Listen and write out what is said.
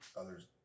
others